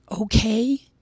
okay